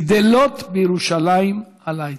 גדלות בירושלים על העצים.